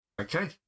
Okay